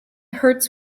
hurts